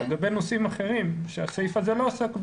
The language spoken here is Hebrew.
לגבי נושאים אחרים שהסעיף הזה לא עוסק בהם,